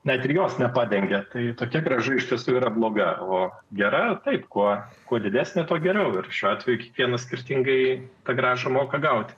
net ir jos nepadengia kai tokia grąža iš tiesų yra bloga o gera taip kuo kuo didesnė tuo geriau ir šiuo atveju kiekvienas skirtingai tą gražų moka gauti